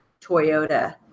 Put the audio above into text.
Toyota